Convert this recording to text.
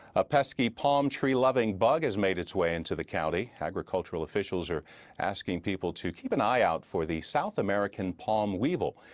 a pesky palm tree loving bug has made its way into the county. agricultural officials are asking people to keep an eye out for the south american palm we very.